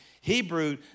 Hebrew